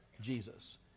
Jesus